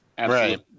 Right